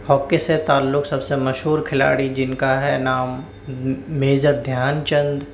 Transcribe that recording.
hockey سے تعلق سب سے مشہور کھلاڑی جن کا ہے نام میجر دھیان چند